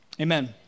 Amen